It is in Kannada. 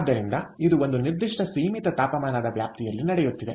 ಆದ್ದರಿಂದ ಇದು ಒಂದು ನಿರ್ದಿಷ್ಟ ಸೀಮಿತ ತಾಪಮಾನದ ವ್ಯಾಪ್ತಿಯಲ್ಲಿ ನಡೆಯುತ್ತಿದೆ